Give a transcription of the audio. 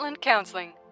counseling